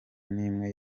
n’imwe